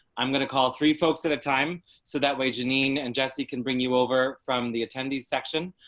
i'm going to call three folks at a time so that way. janine and jesse can bring you over from the attendees section.